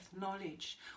knowledge